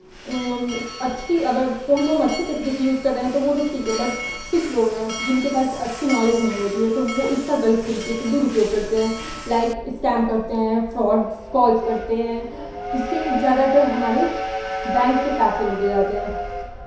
अच्छी अगर फोन को हम अच्छे तरीके से यूज़ कर रहे हैं तो वो तो ठीक है बट कुछ लोग हैं जिनके पास अच्छी नॉलेज नहीं होती है तो वो इसका गलत तरीके से दुरुपयोग करते हैं लाइक स्कैम करते हैं फ्रॉड्स कॉल्स करते हैं इससे ज़्यादातर हमारे बैंक से पैसे लूटे जाते हैं